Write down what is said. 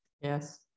Yes